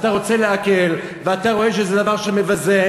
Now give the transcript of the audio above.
אתה רוצה להקל ואתה רואה שזה דבר שמבזה,